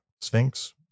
Sphinx